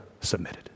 submitted